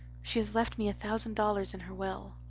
she has left me a thousand dollars in her will.